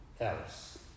else